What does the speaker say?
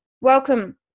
welcome